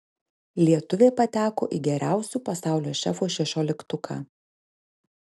lietuvė pateko į geriausių pasaulio šefų šešioliktuką